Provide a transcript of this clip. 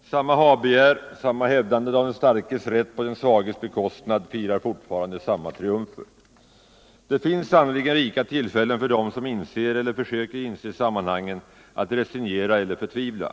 Samma ha-begär, samma hävdande av den starkes rätt på den svages bekostnad firar fortfarande samma triumfer. Det finns sannerligen rika tillfällen för dem som inser eller försöker inse sammanhangen att resignera eller förtvivla.